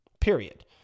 period